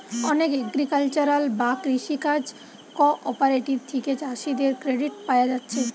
অনেক এগ্রিকালচারাল বা কৃষি কাজ কঅপারেটিভ থিকে চাষীদের ক্রেডিট পায়া যাচ্ছে